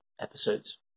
episodes